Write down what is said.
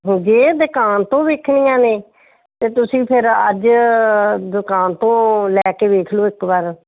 ਜੇ ਦੁਕਾਨ ਤੋਂ ਵੇਖਣੀਆਂ ਨੇ ਤਾਂ ਤੁਸੀਂ ਫਿਰ ਅੱਜ ਦੁਕਾਨ ਤੋਂ ਲੈ ਕੇ ਵੇਖ ਲਓ ਇੱਕ ਵਾਰ